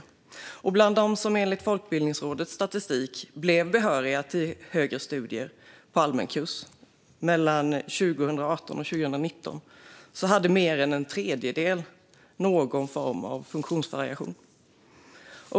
Mer än en tredjedel av dem som enligt Folkbildningsrådets statistik blev behöriga till högre studier genom studier på allmän kurs 2018-2019 hade någon form av funktionsvariation.